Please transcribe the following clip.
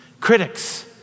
Critics